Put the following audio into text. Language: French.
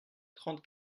trente